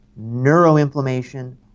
neuroinflammation